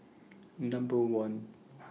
Number one